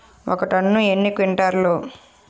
ఒక టన్ను ఎన్ని క్వింటాల్లు?